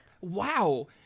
Wow